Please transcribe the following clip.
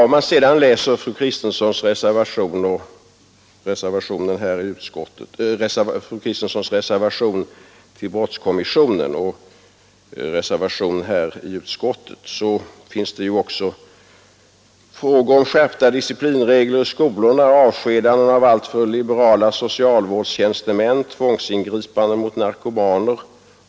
Om man sedan läser fru Kristenssons reservation till brottskommissionen och hennes reservation i utskottet, så finner man att det gäller frågor om skärpta disciplinregler i skolorna, avskedande av alltför liberala socialvårdstjänstemän och tvångsingripande mot narkomaner.